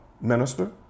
minister